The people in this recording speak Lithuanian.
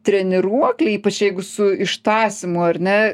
treniruokliai ypač jeigu su ištąsymu ar ne